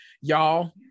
y'all